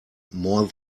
more